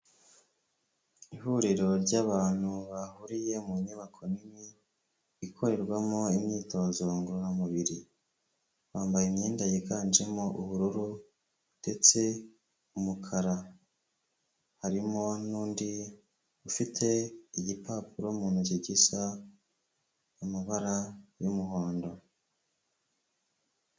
Ihuriro ry'abantu bahuriye mu nyubako nini ikorerwamo imyitozo ngororamubiri, bambaye imyenda yiganjemo ubururu ndetse n'umukara, harimo n'undi ufite igipapuro mu ntoki gisa amabara y'umuhondo.